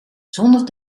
zonder